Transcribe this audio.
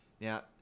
Now